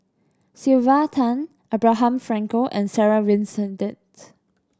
Sylvia Tan Abraham Frankel and Sarah Winstedt